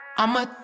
I'ma